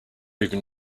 even